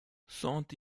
saint